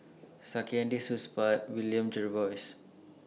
Saktiandi Supaat William Jervois